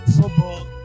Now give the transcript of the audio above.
Football